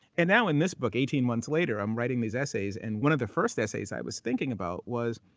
and now, in this book, eighteen months later, i'm writing these essays, and one of the first essays i was thinking about was,